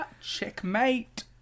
Checkmate